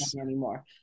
anymore